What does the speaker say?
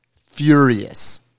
furious